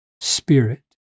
Spirit